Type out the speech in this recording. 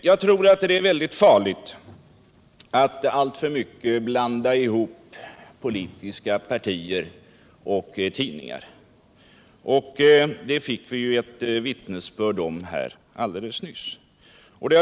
Jag tror det är farligt att alltför mycket blanda ihop politiska partier och tidningar — det fick vi vittnesbörd om alldeles nyss.